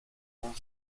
rend